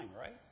right